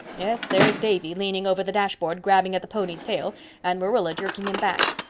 yes, there's davy leaning over the dashboard grabbing at the pony's tail and marilla jerking him back.